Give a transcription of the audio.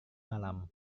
malam